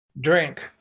drink